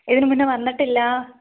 ഇതിനു മുന്നേ വന്നിട്ടില്ല